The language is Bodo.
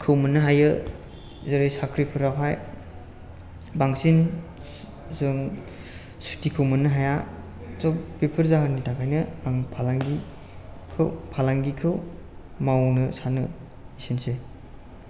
खौ मोननो हायो जेरै साख्रिफोरावहाय बांसिन जों सुथिखौ मोननो हाया श' बेफोर जाहोननि थाखायनो आं फालांगिखौ फालांगिखौ मावनो सानो एसेनोसै